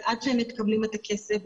ועד שהם מקבלים את הכסף,